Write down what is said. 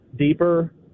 deeper